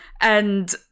And-